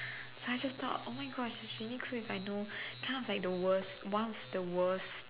I just thought oh my Gosh it's really cool if I know kind of like the worst one of the worst